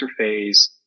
interface